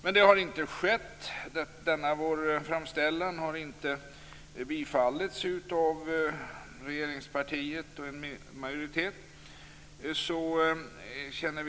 Så har dock inte skett, eftersom denna vår framställan inte har bifallits av regeringspartiet och en majoritet i riksdagen.